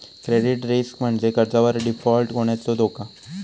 credit risk म्हणजे कर्जावर default होण्याचो धोका